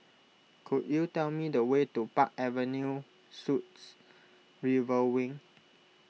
could you tell me the way to Park Avenue Suites River Wing